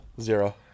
Zero